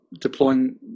deploying